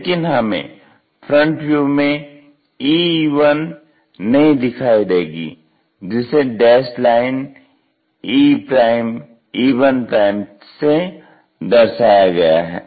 लेकिन हमें front view में EE1 नहीं दिखाई देगी जिसे डैस्ड लाइन ee1 से दर्शाया गया है